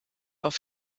auf